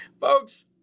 folks